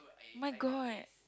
my god